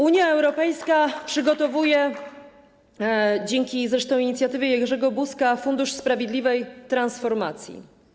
Unia Europejska przygotowuje, dzięki zresztą inicjatywie Jerzego Buzka, Fundusz Sprawiedliwej Transformacji.